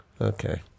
Okay